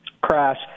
crash